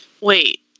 Wait